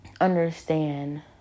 understand